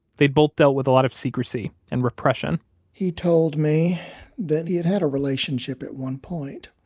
they'd both dealt with a lot of secrecy and repression he told me that he'd had a relationship at one point